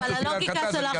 אני גם